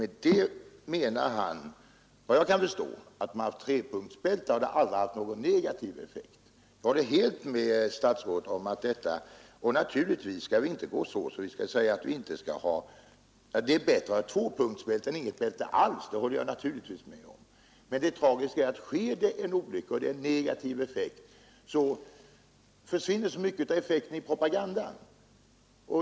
Med det menar Gerhard Voigt, såvitt jag kan förstå, att om man hade använt trepunktsbälte hade det inte haft någon negativ effekt. Jag håller helt med statsrådet om att vi inte skall gå så långt att vi säger att det inte skulle vara bättre att ha tvåpunktsbälte än inget bälte alls. Det tragiska är emellertid att sker det en olycka och bilbältet har haft en negativ effekt, försvinner mycket av de goda effekterna i propagandan.